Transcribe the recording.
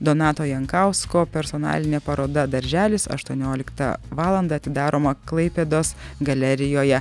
donato jankausko personalinė paroda darželis aštuonioliktą valandą atidaroma klaipėdos galerijoje